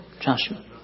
Joshua